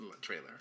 trailer